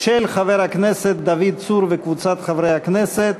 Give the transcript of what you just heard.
של חבר הכנסת דוד צור וקבוצת חברי הכנסת.